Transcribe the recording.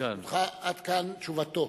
עד כאן תשובתו.